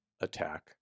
attack